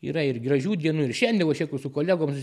yra ir gražių dienų ir šiandien va šneku su kolegoms